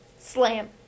slam